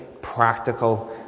practical